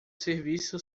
serviço